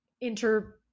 inter-